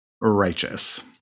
righteous